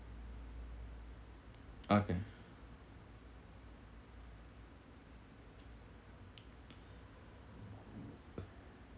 okay